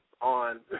on